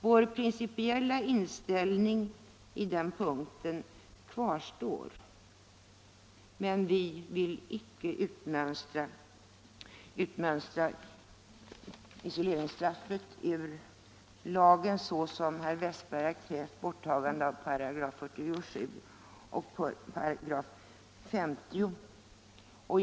Vår principiella inställning i detta fall kvarstår alltså men vi vill icke utmönstra isoleringsstraffet ur lagen, såsom herr Westberg föreslagit, genom ändring i 47 § och slopande av 50 8.